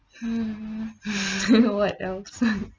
mm what else